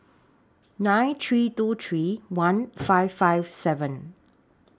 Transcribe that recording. nine three two three one five five seven